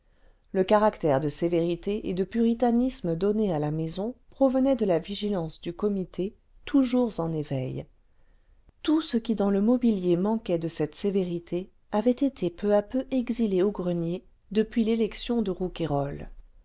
le caractère de sévérité et de puritanisme donné à la maison provenait de la vigilance du comité toujours en éveil tout ce qui dans le mobilier manquait de cette sévérité avait été peu à peu exilé au grenier depuis l'élection de